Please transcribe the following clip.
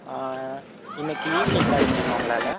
இன்றைக்கு ஈவினிங் தரமுடியுமா உங்களால்